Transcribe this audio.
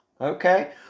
Okay